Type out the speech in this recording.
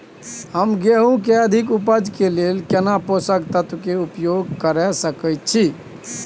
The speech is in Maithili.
हम गेहूं के अधिक उपज के लेल केना पोषक तत्व के उपयोग करय सकेत छी?